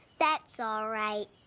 that's all right.